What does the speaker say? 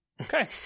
Okay